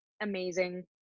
amazing